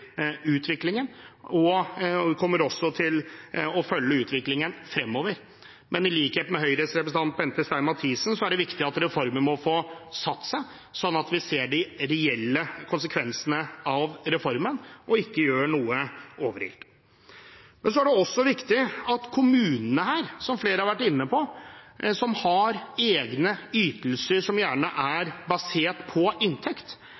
også kommer til å følge utviklingen fremover. Jeg synes, i likhet med Høyres representant Bente Stein Mathiesen, at det er viktig at reformen får satt seg, sånn at vi ser de reelle konsekvensene av reformen, og ikke gjør noe overilt. Det er også viktig at kommunene her, som har egne ytelser som gjerne er basert på inntekt,